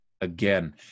again